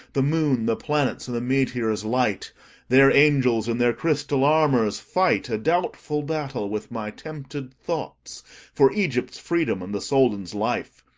the moon, the planets, and the meteors, light there angels in their crystal armours fight a doubtful battle with my tempted thoughts for egypt's freedom and the soldan's life,